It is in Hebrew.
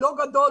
לא גדול,